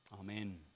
Amen